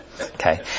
Okay